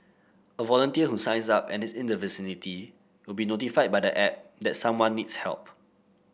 a volunteer who signs up and is in the vicinity will be notified by the app that someone needs help